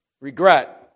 Regret